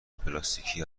پلاستیکی